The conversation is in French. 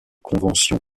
conventions